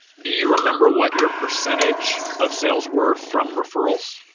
do you remember what your percentage of sales were from referrals?